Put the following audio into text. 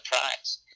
prize